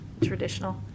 traditional